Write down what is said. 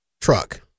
truck